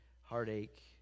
heartache